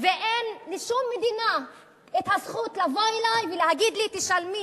ואין לשום מדינה הזכות לבוא אלי ולהגיד לי, תשלמי,